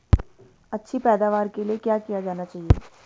अच्छी पैदावार के लिए क्या किया जाना चाहिए?